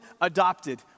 adopted